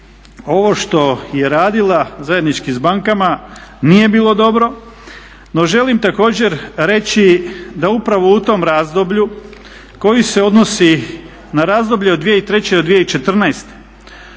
ovo što je radila zajednički sa bankama nije bilo dobro no želim također reći da upravo u tom razdoblju koje se odnosi na razdoblje od 2003. do 2014.